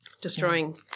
destroying